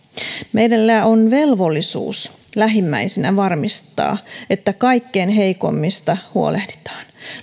meillä on velvollisuus lähimmäisinä varmistaa että kaikkein heikoimmista huolehditaan